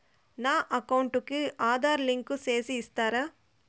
నా అకౌంట్ కు ఆధార్ లింకు సేసి ఇస్తారా?